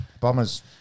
Bombers